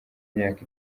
imyaka